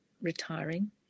retiring